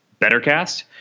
bettercast